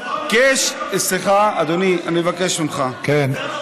אתה מדבר על הצגה שכתב רוצח,